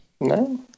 No